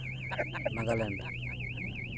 Nagaland